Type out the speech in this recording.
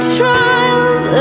trials